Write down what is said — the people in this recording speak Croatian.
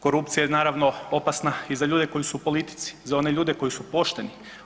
Korupcija je naravno opasna i za ljude koji su u politici, za one ljude koji su pošteni.